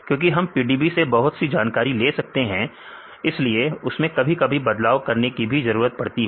क्योंकि हम PDB से बहुत सी जानकारी ले सकते हैं इसलिए उसमें कभी कभी बदलाव करने की भी जरूरत पड़ती है